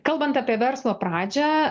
kalbant apie verslo pradžią